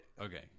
Okay